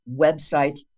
website